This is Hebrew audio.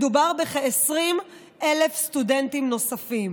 מדובר בכ-20,000 סטודנטים נוספים.